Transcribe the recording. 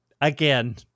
Again